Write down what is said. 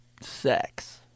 Sex